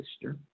sister